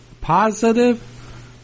positive